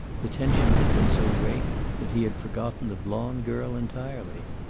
the tension had been so great that he had forgotten the blonde girl entirely.